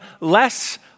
less